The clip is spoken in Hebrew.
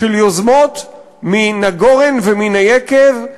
של יוזמות מן הגורן ומן היקב,